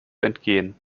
entgehen